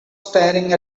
staring